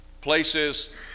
places